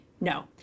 no